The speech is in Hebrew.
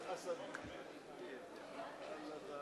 מצביע